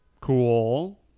Cool